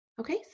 Okay